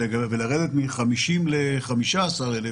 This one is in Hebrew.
ולרדת מ-50,000 ל-15,000